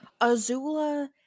Azula